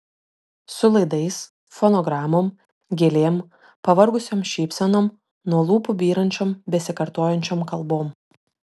su laidais fonogramom gėlėm pavargusiom šypsenom nuo lūpų byrančiom besikartojančiom kalbom